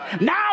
now